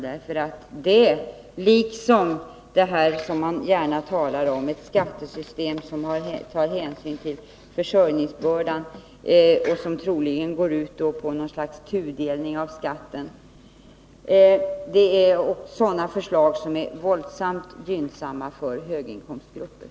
Detta liksom det som man gärna talar om, nämligen ett skattesystem som tar hänsyn till försörjningsbördan och som troligen går ut på något slags tudelning av skatten, är förslag som skulle vara våldsamt gynnsamma för höginkomstgrupper.